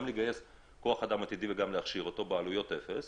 גם לגייס כוח אדם עתידי וגם להכשיר אותו בעלויות אפס